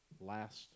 last